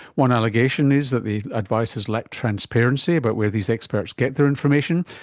one allegation is that the advice has lack transparency about where these experts get their information,